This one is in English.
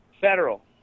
Federal